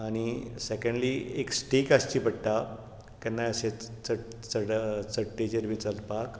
आनी सॅकेन्डली एक स्टीक आसची पडटा केन्नाय अशें चड चड चडटेचेर बी चडपाक